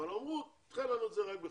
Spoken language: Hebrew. אבל אמרו, תדחו לנו את זה רק בחודש.